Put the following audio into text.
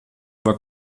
war